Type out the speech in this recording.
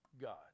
God